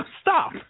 stop